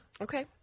Okay